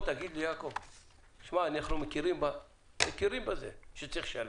אנחנו מכירים בזה שצריך לשלם.